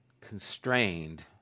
constrained